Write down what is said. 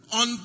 on